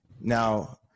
Now